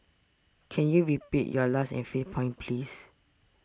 can you repeat your last and fifth point please